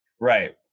Right